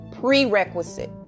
prerequisite